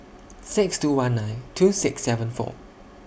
six two one nine two six seven four